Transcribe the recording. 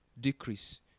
decrease